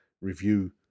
review